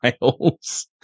miles